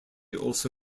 also